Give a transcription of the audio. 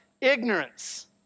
ignorance